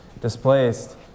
displaced